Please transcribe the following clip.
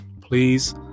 please